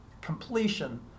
completion